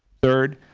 third,